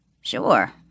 Sure